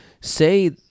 Say